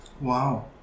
Wow